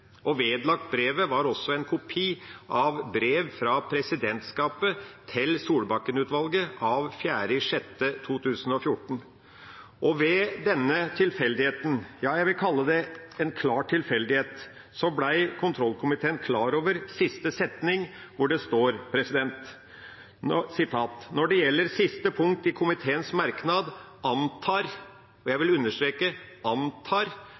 konstitusjonskomiteen. Vedlagt brevet var også en kopi av brev fra presidentskapet til Solbakken-utvalget av 4. juni 2014. Ved denne tilfeldigheten – ja, jeg vil kalle det en klar tilfeldighet – ble kontroll- og konstitusjonskomiteen klar over siste setning, hvor det står: «Når det gjelder siste punkt i komiteens merknad antar» – og jeg vil understreke antar